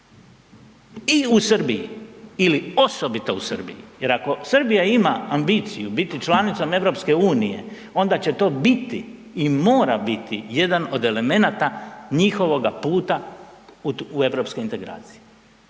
i u Srbiji ili osobito u Srbiji jer ako Srbija ima ambiciju biti članicom EU onda će to biti i mora biti jedan od elemenata njihovoga puta u Europske integracije.